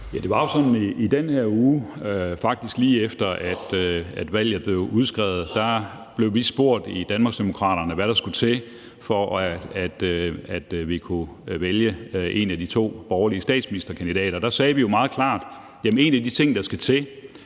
i den her uge, faktisk lige efter at valget blev udskrevet, at vi i Danmarksdemokraterne blev spurgt, hvad der skulle til, for at vi kunne vælge en af de to borgerlige statsministerkandidater. Der sagde vi jo meget klart, at en af de ting, der skal til,